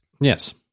Yes